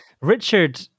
Richard